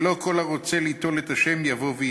ולא כל הרוצה ליטול את השם יבוא וייטול.